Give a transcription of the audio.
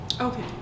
Okay